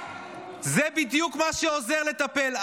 זה בדיוק מה שעוזר לטפל.